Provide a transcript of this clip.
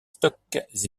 stocks